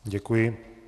Děkuji.